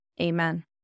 amen